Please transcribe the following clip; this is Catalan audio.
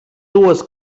dues